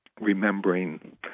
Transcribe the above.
remembering